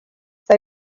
they